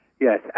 Yes